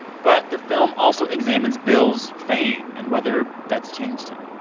but the film also examines bill's fame and whether that's changed him.